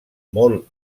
molt